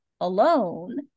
alone